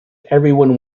everyone